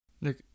Look